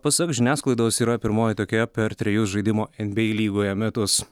pasak žiniasklaidos yra pirmoji tokia per trejus žaidimo nba lygoje metus